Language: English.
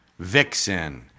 Vixen